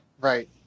Right